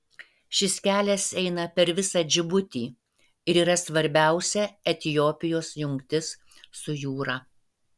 šis kelias eina per visą džibutį ir yra svarbiausia etiopijos jungtis su jūra